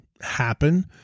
happen